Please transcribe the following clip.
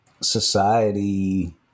society